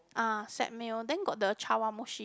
ah set meal and then got the chawanmushi